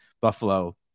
Buffalo